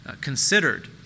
considered